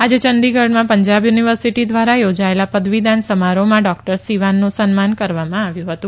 આજે ચંડીગઢમાં પંજાબ યુનિવર્સીટી ધ્વારા યોજાએલા પદવીદાન સમારોફમાં ડોકટર સિવાનનું સન્માન કરવામાં આવ્યું હતું